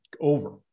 over